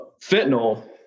fentanyl